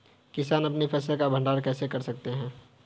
किसान अपनी फसल का भंडारण कैसे कर सकते हैं?